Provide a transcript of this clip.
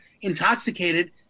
intoxicated